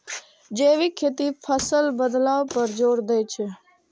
जैविक खेती फसल बदलाव पर जोर दै छै